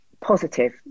positive